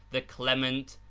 the clement,